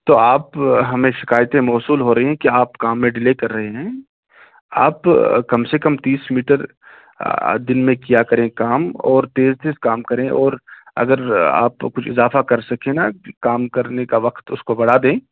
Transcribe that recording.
تو آپ ہمیں شکایتیں موصول ہو رہی ہیں کہ آپ کام میں ڈیلے کر رہے ہیں آپ کم سے کم تیس میٹر دن میں کیا کریں کام اور تیز تیز کام کریں اور اگر آپ کچھ اضافہ کر سکیں نا کام کرنے کا وقت اس کو بڑھا دیں